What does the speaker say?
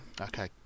okay